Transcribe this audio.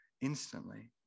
instantly